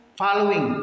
following